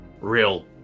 real